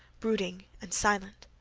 brooding and silent.